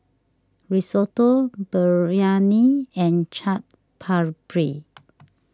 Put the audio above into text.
Risotto Biryani and Chaat Papri